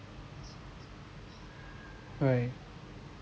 right